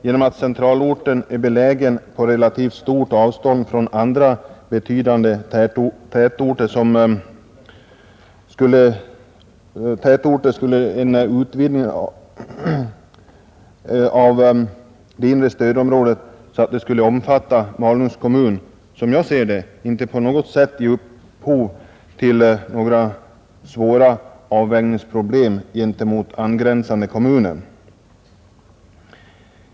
Genom att centralorten är belägen på relativt stort avstånd från andra mer betydande tätorter skulle — som jag ser det — en utvidgning av det inre stödområdet så att detta kom att omfatta Malungs kommun inte på något sätt ge upphov till några svåra avvägningsproblem gentemot angränsande kommuner.